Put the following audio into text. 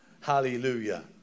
Hallelujah